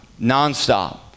nonstop